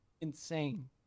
insane